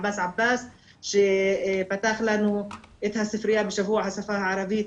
עבאס עבאס שפתח לנו את הספרייה בשבוע השפה הערבית,